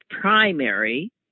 primary